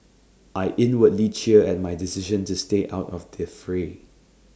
I inwardly cheer at my decision to stay out of the fray